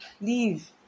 Leave